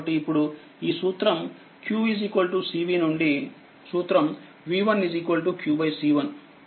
ఇప్పుడు ఈ సూత్రం qCVనుండి సూత్రంv1 qC1కనుకఇది150వోల్ట్ మరియు v2 qC2 అవుతుంది